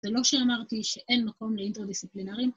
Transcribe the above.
זה לא שאמרתי שאין מקום לאינטרדיסציפלינרים.